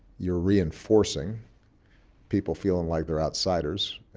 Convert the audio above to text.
you're reinforcing people feeling like they're outsiders,